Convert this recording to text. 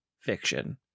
fiction